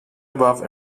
above